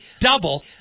double